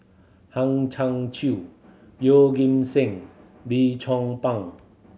Hang Chang Chieh Yeoh Ghim Seng Lim Chong Pang